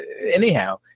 anyhow